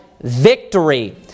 victory